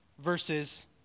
versus